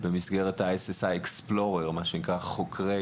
במדינת קווינסלנד למשל יש חוק שעוסק